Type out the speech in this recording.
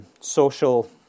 Social